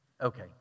Okay